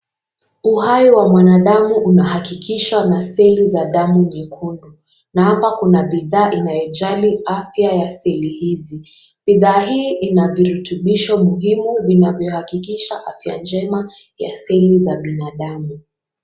Uhai wa mwanadamu unahakikishwa na seli za damu nyekundu na hapa kuna bidhaa inayojali afya ya seli hizi. Bidhaa hii ina virutubisho muhimu vinavyohakikisha afya njema ya seli za binadamu.